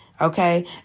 okay